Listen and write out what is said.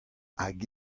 hag